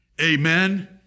Amen